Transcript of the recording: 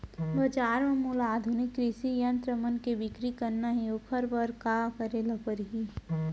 बजार म मोला आधुनिक कृषि यंत्र मन के बिक्री करना हे ओखर बर का करे ल पड़ही?